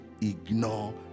ignore